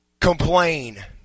complain